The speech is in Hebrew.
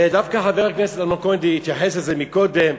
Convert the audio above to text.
ודווקא חבר הכנסת אמנון כהן התייחס לזה מקודם,